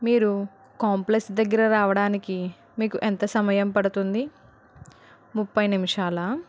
మీరు కాంప్లెక్స్ దగ్గర రావడానికి మీకు ఎంత సమయం పడుతుంది ముప్పై నిమిషాలా